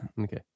Okay